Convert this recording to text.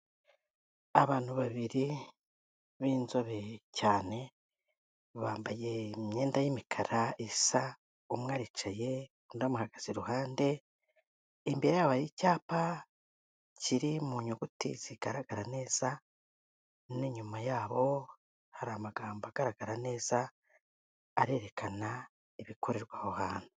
Abantu babiri b'inzobe cyane, bambaye imyenda y'imikara isa, umwe aricaye undi amuhagaze iruhande, imbere yabo hari icyapa kiri mu nyuguti zigaragara neza n'inyuma yabo hari amagambo agaragara neza, arerekana ibikorerwa aho hantu.